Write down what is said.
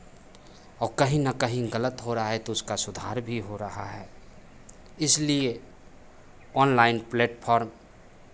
औ कहीं ना कहीं गलत हो रहा है तो उसका सुधार भी हो रहा है इसलिए ऑनलाइन प्लेटफॉर्म